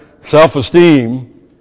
self-esteem